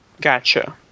Gotcha